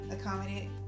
accommodate